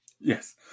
Yes